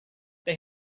they